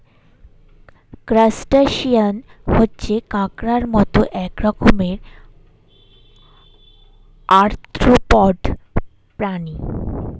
crustacean হচ্ছে কাঁকড়ার মত এক রকমের আর্থ্রোপড প্রাণী